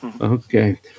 Okay